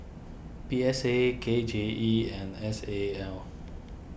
P S A K J E and S A L